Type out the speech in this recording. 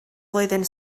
flwyddyn